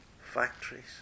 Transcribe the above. factories